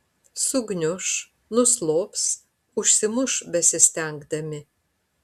sugniuš nuslops užsimuš besistengdami